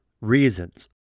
reasons